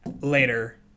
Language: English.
later